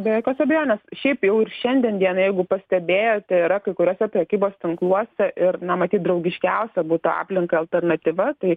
be jokios abejonės šiaip jau ir šiandien dienai jeigu pastebėjote yra kai kuriuose prekybos tinkluose ir na matyt draugiškiausia būtų aplinkai alternatyva tai